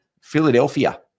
Philadelphia